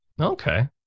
Okay